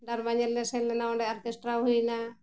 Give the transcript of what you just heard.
ᱰᱟᱨᱢᱟ ᱧᱮᱞ ᱞᱮ ᱥᱮᱱ ᱞᱮᱱᱟ ᱚᱸᱰᱮ ᱚᱨᱜᱮᱥᱴᱟᱨ ᱦᱩᱭᱮᱱᱟ